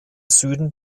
süden